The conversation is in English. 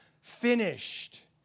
finished